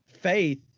Faith